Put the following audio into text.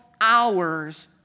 hours